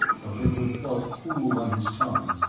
the liquid felt cool on his tongue,